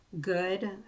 good